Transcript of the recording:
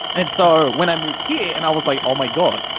and so when i moved here and i was like, oh my god,